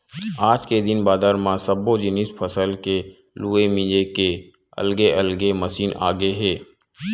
आज के दिन बादर म सब्बो जिनिस फसल के लूए मिजे के अलगे अलगे मसीन आगे हे